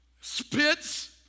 spits